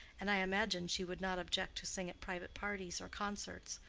and i imagine she would not object to sing at private parties or concerts.